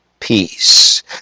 peace